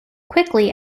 quickly